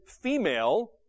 female